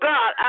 God